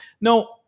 No